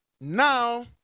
Now